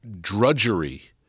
drudgery